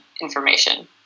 information